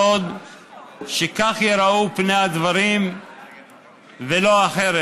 שכך ייראו פני הדברים ולא אחרת.